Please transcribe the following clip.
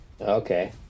Okay